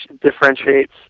differentiates